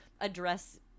address